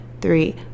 three